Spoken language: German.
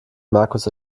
markus